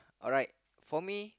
alright for me